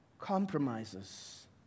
compromises